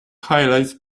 highlights